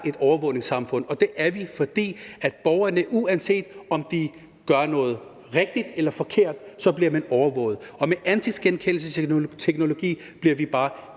et overvågningssamfund. Det er vi, fordi borgerne, uanset om de gør noget rigtigt eller forkert, bliver overvåget, og med ansigtsgenkendelsesteknologi bliver vi bare